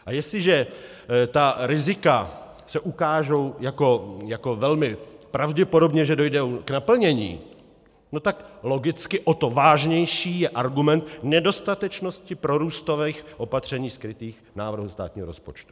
A jestliže se ta rizika ukážou jako velmi pravděpodobná, že dojdou k naplnění, tak logicky o to vážnější je argument nedostatečnosti prorůstových opatření skrytých v návrhu státního rozpočtu.